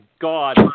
God